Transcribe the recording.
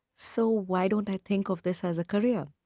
so why don't i think of this as a career?